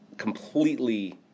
completely